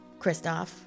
Kristoff